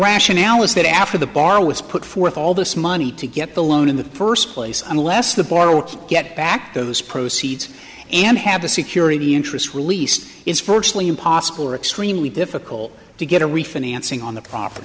rationale is that after the bar was put forth all this money to get the loan in the first place unless the borel can get back those proceeds and have the security interest released it's virtually impossible extremely difficult to get a refinancing on the property